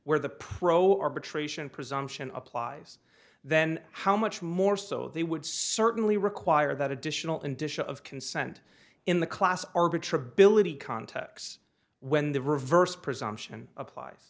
where the pro arbitration presumption applies then how much more so they would certainly require that additional in disha of consent in the class arbitron ability contacts when the reverse presumption applies